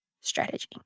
strategy